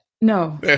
no